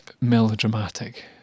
Melodramatic